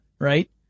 Right